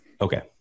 Okay